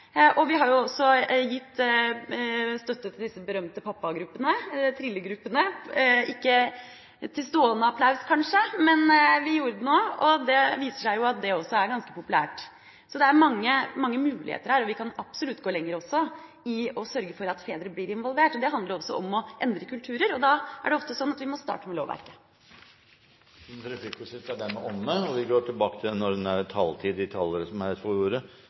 Vi har også gitt støtte til disse berømte pappagruppene – trillegruppene – ikke til stående applaus, kanskje, men vi gjorde det nå. Det viser seg at det er ganske populært. Så det er mange muligheter her, og vi kan absolutt gå lenger i å sørge for at fedre blir involvert. Det handler også om å endre kulturer, og da er det ofte sånn at vi må starte med lovverket. Replikkordskiftet er dermed omme. De talerne som heretter får ordet, har en taletid